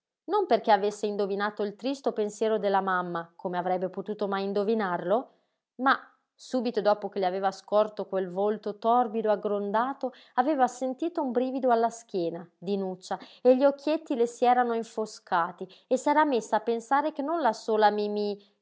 non perché avesse indovinato il tristo pensiero della mamma come avrebbe potuto mai indovinarlo ma subito dopo che le aveva scorto quel volto torbido e aggrondato aveva sentito un brivido alla schiena dinuccia e gli occhietti le si erano infoscati e s'era messa a pensare che non la sola mimí